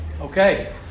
Okay